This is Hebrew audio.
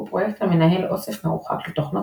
הוא פרויקט המנהל אוסף מרוחק של תוכנות